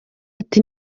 ati